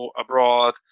abroad